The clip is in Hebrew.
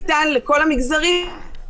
יחד עם רוני גמזו,